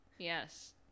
Yes